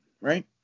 right